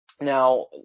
Now